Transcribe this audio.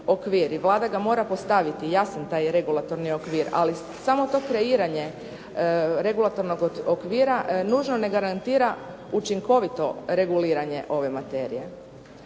Vlada mora postaviti jasan taj regulatorni okvir, ali samo to kreiranje regulatornog okvira nužno ne garantira učinkovito reguliranje ove materije.